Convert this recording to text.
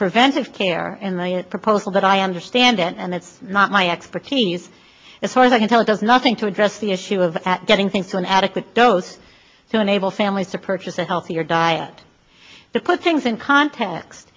preventive care in the proposal that i understand it and it's not my expertise as far as i can tell it does nothing to address the issue of at getting things to an adequate dose so enable families to purchase a healthier diet that puts things in context